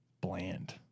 bland